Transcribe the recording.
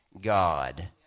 God